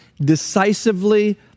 decisively